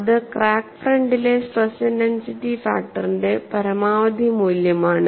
ഇത് ക്രാക്ക് ഫ്രണ്ടിലെ stress intensity ഫാക്ടറിന്റെ പരമാവധി മൂല്യമാണ്